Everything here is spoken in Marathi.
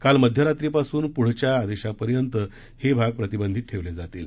काल मध्यरात्रीपासून पुढच्या आदेशांपर्यंत हे भाग प्रतिबंधित ठेवले जातील